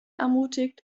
ermutigt